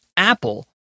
Apple